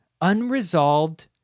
Unresolved